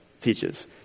teaches